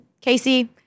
Casey